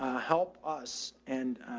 ah help us and,